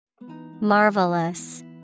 Marvelous